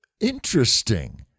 interesting